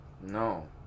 No